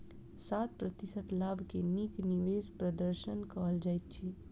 सात प्रतिशत लाभ के नीक निवेश प्रदर्शन कहल जाइत अछि